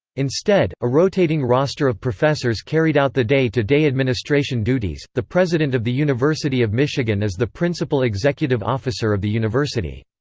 instead, a rotating roster of professors carried out the day-to-day administration duties the president of the university of michigan is the principal executive officer of the university.